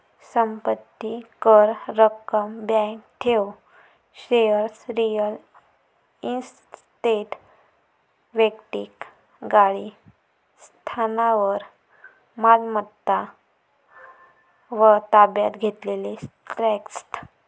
संपत्ती कर, रक्कम, बँक ठेव, शेअर्स, रिअल इस्टेट, वैक्तिक गाडी, स्थावर मालमत्ता व ताब्यात घेतलेले ट्रस्ट